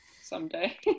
someday